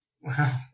Wow